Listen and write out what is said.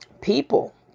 People